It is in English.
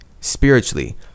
spiritually